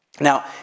Now